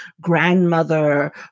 grandmother